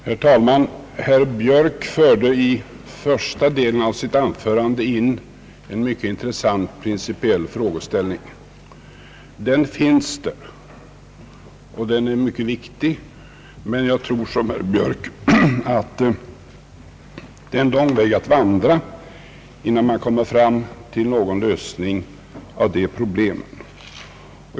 Herr talman! Herr Björk förde i första delen av sitt anförande in en mycket intressant principiell frågeställning. Den finns där, och den är mycket viktig, men jag tror som herr Björk att det är en lång väg att vandra innan man kommer fram till någon lösning av de problemen.